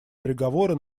переговоры